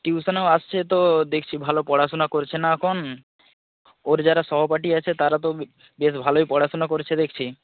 টিউশনে ও আসছে তো দেখছি ভালো পড়াশুনা করছে না এখন ওর যারা সহপাঠী আছে তারা তো বেশ ভালোই পড়াশুনা করছে দেখছি